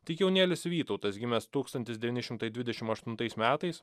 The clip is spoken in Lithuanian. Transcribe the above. tik jaunėlis vytautas gimęs tūkstantis devyni šimtai dvidešim aštuntais metais